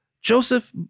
Joseph